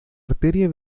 arteria